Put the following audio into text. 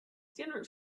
dinner